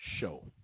show